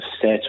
set